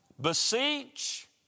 Beseech